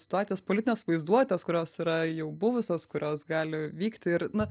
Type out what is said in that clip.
situacijos politinės vaizduotės kurios yra jau buvusios kurios gali vykti ir na